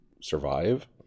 survive